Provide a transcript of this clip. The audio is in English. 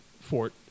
fort